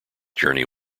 journey